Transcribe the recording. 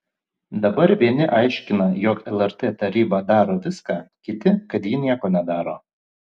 dabar vieni aiškina jog lrt taryba daro viską kiti kad ji nieko nedaro